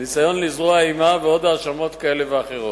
ניסיון לזרוע אימה ועוד האשמות כאלה ואחרות.